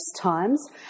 times